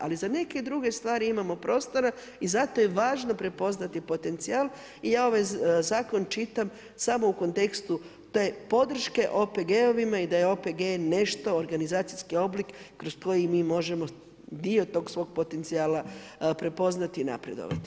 Ali, za neke druge stvari, imamo prostora i zato je važno prepoznati potencijal i ja ove zakon čitam samo u kontekstu te podrške OPG-ovima i da OPG nešto organizacijski oblik kroz koji mi možemo dio tog svog potencijala prepoznati i napredovati.